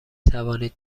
توانید